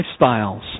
lifestyles